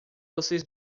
vocês